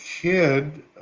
kid